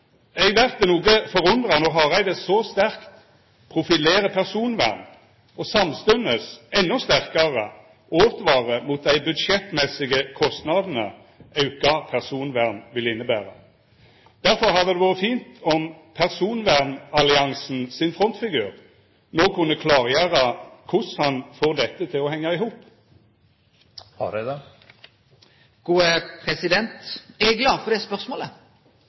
Eg vert noko forundra når Hareide så sterkt profilerer personvern og samstundes endå sterkare åtvarar mot dei budsjettmessige kostnadene auka personvern vil innebera. Derfor hadde det vore fint om personvernalliansen sin frontfigur no kunne klargjera korleis han får dette til å henga i hop. Eg er glad for det spørsmålet.